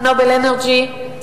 "נובל אנרג'י",